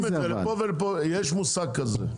יש מושג כזה,